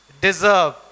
deserve